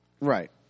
Right